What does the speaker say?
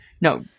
No